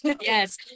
Yes